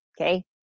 okay